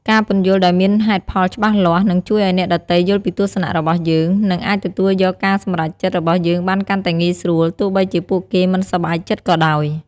ការពន្យល់ដោយមានហេតុផលច្បាស់លាស់ នឹងជួយឲ្យអ្នកដទៃយល់ពីទស្សនៈរបស់យើង និងអាចទទួលយកការសម្រេចចិត្តរបស់យើងបានកាន់តែងាយស្រួល ទោះបីជាពួកគេមិនសប្បាយចិត្តក៏ដោយ។